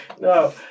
no